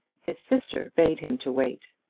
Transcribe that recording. his sister bade him to wait.